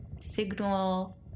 signal